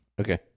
Okay